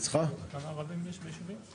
כמה ערבים יש בישובים?